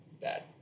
Bad